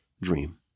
dream